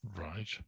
right